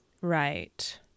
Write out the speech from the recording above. Right